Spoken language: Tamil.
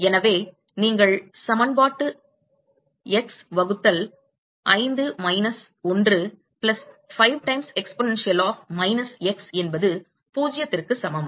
எனவே நீங்கள் சமன்பாட்டு x வகுத்தல் 5 minus 1 plus 5 times exponential of minus x என்பது 0ற்கு சமம்